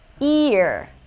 Ear